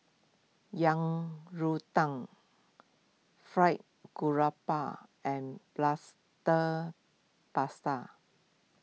Yang Rou Tang Fried Garoupa and Plaster pasta